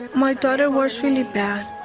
my daughter was really bad.